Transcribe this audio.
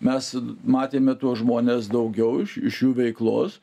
mes matėme tuos žmones daugiau iš jų veiklos